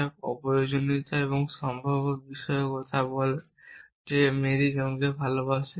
যা প্রয়োজনীয়তা এবং সম্ভাব্যতার বিষয়ে কথা বলে যে মেরি জনকে ভালবাসে